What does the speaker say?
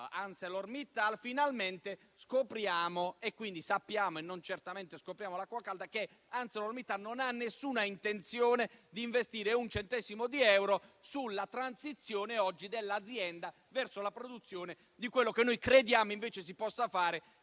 ArcelorMittal, finalmente abbiamo saputo (e certamente non abbiamo scoperto l'acqua calda) che ArcelorMittal non ha nessuna intenzione di investire un centesimo di euro sulla transizione dell'azienda verso la produzione di quello che noi crediamo invece si possa fare,